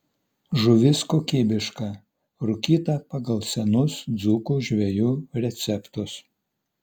žuvis kokybiška rūkyta pagal senus dzūkų žvejų receptus